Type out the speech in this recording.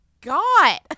God